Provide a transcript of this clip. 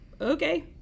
okay